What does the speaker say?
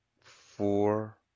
four